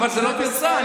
אבל זו לא פרצה.